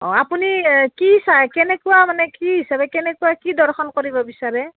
অঁ আপুনি কি চাই কেনেকুৱা মানে কি হিচাপে কেনেকুৱা কি দৰ্শন কৰিব বিচাৰে